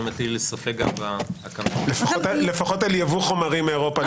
זה מטיל ספק גם על -- לפחות על יבוא חומרים מאירופה.